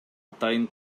атайын